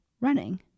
running